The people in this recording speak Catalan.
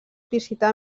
visitar